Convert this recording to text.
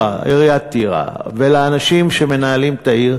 עיריית טירה ולאנשים שמנהלים את העיר,